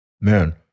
man